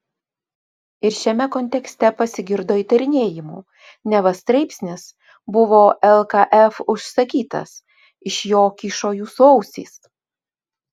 ir šiame kontekste pasigirdo įtarinėjimų neva straipsnis buvo lkf užsakytas iš jo kyšo jūsų ausys